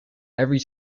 every